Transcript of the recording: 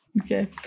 Okay